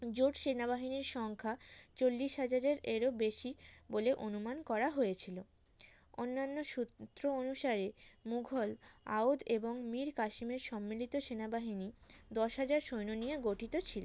জোট সেনাবাহিনীর সংখ্যা চল্লিশ হাজারের এরও বেশি বলে অনুমান করা হয়েছিল অন্যান্য সূত্র অনুসারে মুঘল অওধ এবং মীর কাশিমের সম্মিলিত সেনাবাহিনী দশ হাজার সৈন্য নিয়ে গঠিত ছিল